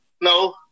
No